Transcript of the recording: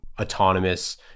autonomous